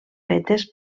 fetes